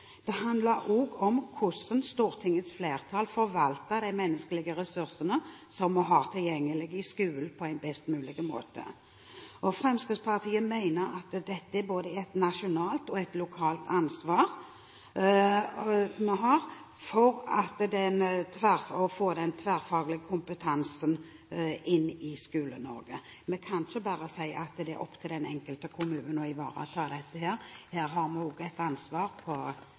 Det handler også om hvordan Stortingets flertall på best mulig måte forvalter de menneskelige ressursene som vi har tilgjengelig i skolen. Fremskrittspartiet mener at det er både et nasjonalt og et lokalt ansvar å få den tverrfaglige kompetansen inn i Skole-Norge. Vi kan ikke bare si at det er opp til den enkelte kommune å ivareta dette, vi har også et ansvar på